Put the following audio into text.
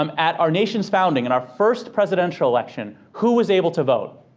um at our nation's founding, in our first presidential election, who was able to vote?